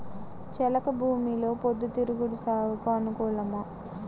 చెలక భూమిలో పొద్దు తిరుగుడు సాగుకు అనుకూలమా?